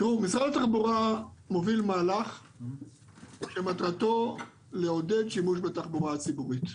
משרד התחבורה מוביל מהלך שמטרתו לעודד שימוש בתחבורה ציבורית.